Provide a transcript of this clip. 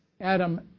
Adam